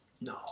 no